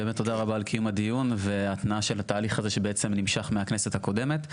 תודה רבה על קיום הדיון וההתנעה של התהליך הזה שנמשך מהכנסת הקודמת.